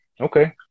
Okay